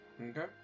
Okay